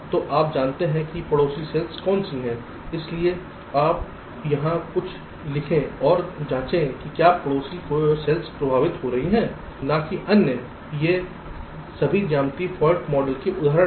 तो आप जानते हैं कि पड़ोसी सेल्स कौन सी हैं इसलिए आप यहां कुछ लिखें और जांचें कि क्या पड़ोसी कोशिकाएं प्रभावित हो रही हैं न कि अन्य ये सभी ज्यामितीय फाल्ट मॉडल के उदाहरण हैं